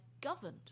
governed